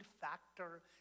factor